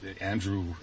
Andrew